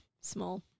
Small